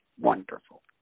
wonderful